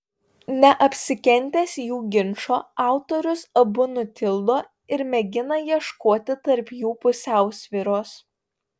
neapsikentęs jų ginčo autorius abu nutildo ir mėgina ieškoti tarp jų pusiausvyros